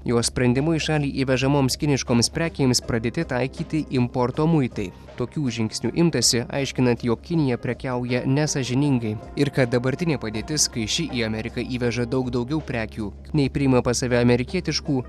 juo sprendimu į šalį įvežamoms kiniškoms prekėms pradėti taikyti importo muitai tokių žingsnių imtasi aiškinant jog kinija prekiauja nesąžiningai ir kad dabartinė padėtis kai ši į ameriką įveža daug daugiau prekių nei priima pas save amerikietiškų